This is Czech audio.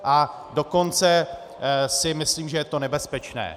A dokonce si myslím, že je to nebezpečné.